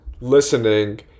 listening